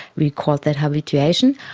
we call that habituation.